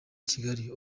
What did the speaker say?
kigali